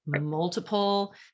multiple